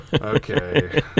Okay